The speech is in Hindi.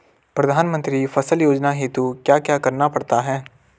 प्रधानमंत्री फसल योजना हेतु क्या क्या करना पड़ता है?